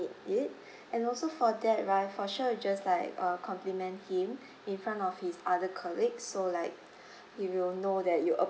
it and also for that right for sure we'll just like err compliment him in front of his other colleagues so like he will know that you appreciate